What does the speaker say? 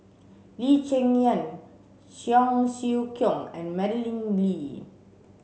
Lee Cheng Yan Cheong Siew Keong and Madeleine Lee